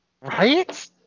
Right